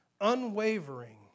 unwavering